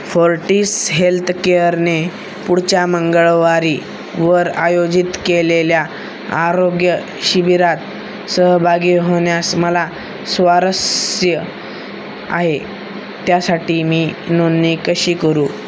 फोर्टीस हेल्थकेअरने पुढच्या मंगळवारी वर आयोजित केलेल्या आरोग्य शिबिरात सहभागी होण्यास मला स्वारस्य आहे त्यासाठी मी नोंदणी कशी करू